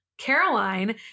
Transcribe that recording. Caroline